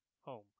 Home